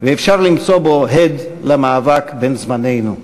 ואפשר למצוא בו הד למאבק בן-זמננו: